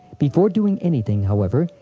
before doing anything, however,